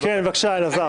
כן, בבקשה, אלעזר.